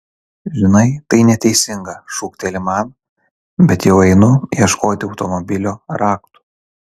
žinai tai neteisinga šūkteli man bet jau einu ieškoti automobilio raktų